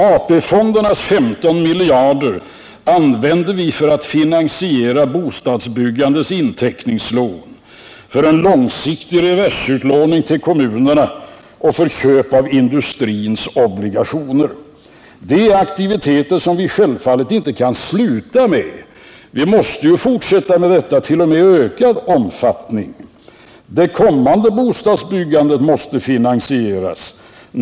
AP-fondernas 15 miljarder använder vi för att finansiera bostadsbyggandets inteckningslån, för en långsiktig reversutlåning till kommunerna och för köp av industrins obligationer. Det är aktiviteter som vi självfallet inte kan sluta med. Vi måste ju fortsätta med detta, t.o.m. i ökad omfattning. Det kommande bostadsbyggandet måste finansieras.